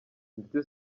ndetse